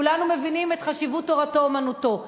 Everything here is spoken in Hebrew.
כולנו מבינים את חשיבות תורתו-אומנותו,